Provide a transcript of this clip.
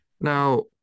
Now